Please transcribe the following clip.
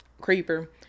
creeper